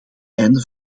einde